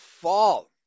fall